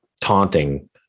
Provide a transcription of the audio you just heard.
taunting